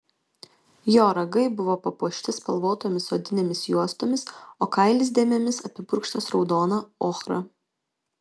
jo ragai buvo papuošti spalvotomis odinėmis juostomis o kailis dėmėmis apipurkštas raudona ochra